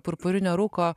purpurinio rūko